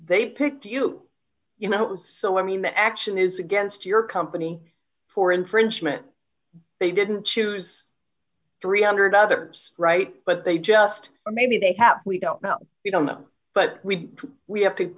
they picked you you know so i mean the action is against your company for infringement they didn't choose three hundred others right but they just maybe they have we don't know we don't know but we have to